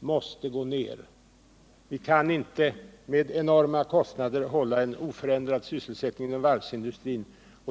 måste gå ned. Vi kan inte ens med enorma kostnader hålla en oförändrad sysselsättning i varvsindustrin.